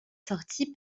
sorties